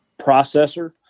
processor